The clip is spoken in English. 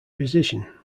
physician